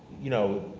you know,